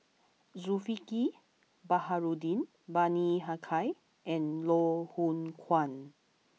Zulkifli Baharudin Bani Haykal and Loh Hoong Kwan